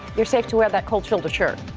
you're safe to of that cultural the shirt.